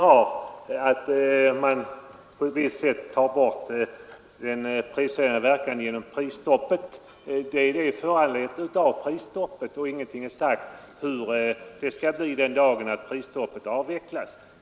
Fru talman! Det system som vi nu har innebär att man eliminerar prishöjningarna genom prisstoppet. Ingenting har sagts om hur det skall bli den dag prisstoppet avvecklas.